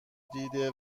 دیده